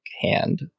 hand